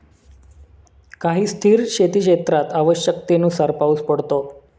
काही स्थिर शेतीक्षेत्रात आवश्यकतेनुसार पाऊस पडतो